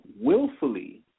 willfully